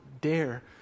dare